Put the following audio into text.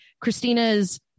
Christina's